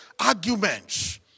Arguments